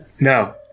No